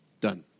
done